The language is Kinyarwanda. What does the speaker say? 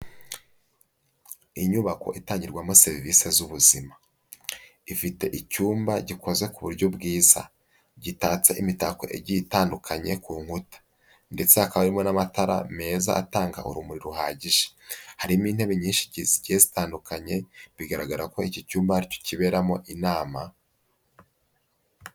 Inyubako itangirwamo serivisi z'ubuzima, ifite icyumba gikoze ku buryo bwiza, gitatse imitako igiye itandukanye ku nkuta, ndetse hakaba harimo n'amatara meza atanga urumuri ruhagije, harimo intebe nyinshi zigiye zitandukanye bigaragara ko iki cyumba aricyo kiberamo inama.